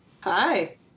Hi